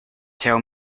tell